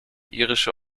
irische